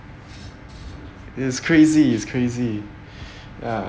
is crazy is crazy uh